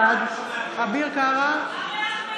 בעד אביר קארה,